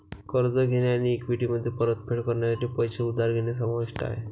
कर्ज घेणे आणि इक्विटीमध्ये परतफेड करण्यासाठी पैसे उधार घेणे समाविष्ट आहे